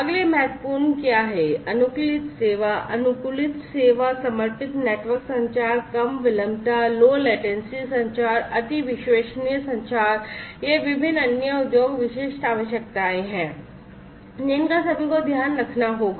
अगले महत्वपूर्ण क्या है अनुकूलित सेवा अनुकूलित सेवा समर्पित नेटवर्क संचार कम विलंबता संचार अति विश्वसनीय संचार ये विभिन्न अन्य उद्योग विशिष्ट आवश्यकताएं हैं जिनका सभी को ध्यान रखना होगा